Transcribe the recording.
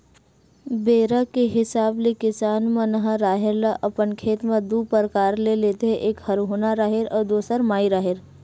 बेरा के हिसाब ले किसान मन ह राहेर ल अपन खेत म दू परकार ले लेथे एक हरहुना राहेर अउ दूसर माई राहेर